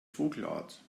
vogelart